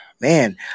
man